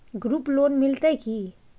Group loan मिलतै की?